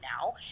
now